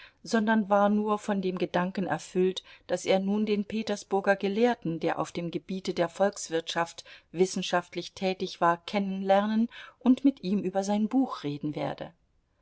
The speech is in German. sondern war nur von dem gedanken erfüllt daß er nun den petersburger gelehrten der auf dem gebiete der volkswirtschaft wissenschaftlich tätig war kennenlernen und mit ihm über sein buch reden werde